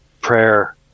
prayer –